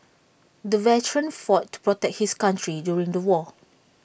the veteran fought to protect his country during the war